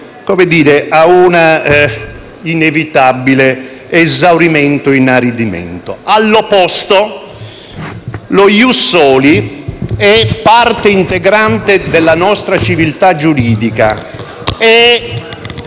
fatalmente a un inevitabile esaurimento e inaridimento. All'opposto, lo *ius soli* è parte integrante della nostra civiltà giuridica.